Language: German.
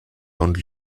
und